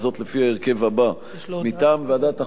וזאת לפי ההרכב הבא: מטעם ועדת החוקה,